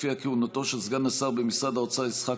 שלפיה כהונתו של סגן השר במשרד האוצר יצחק